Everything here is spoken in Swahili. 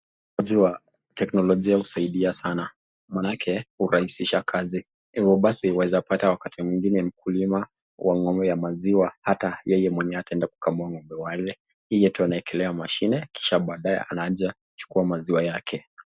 Utumizi wa teknolojia husaidia sana maanake hurahisisha kazi hivyo basi waweza pata wakati mwingine mkulima wa ng'ombe za maziwa hata yeye mwenyewe hataenda kukamua ng'ombe wale ile tu anaekelea mashine kisha baadaye anaeza kuchukua maziwa yake.